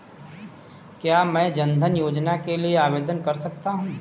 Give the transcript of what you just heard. क्या मैं जन धन योजना के लिए आवेदन कर सकता हूँ?